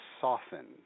softened